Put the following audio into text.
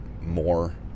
more